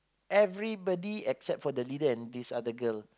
everybody except for the leader and this other girl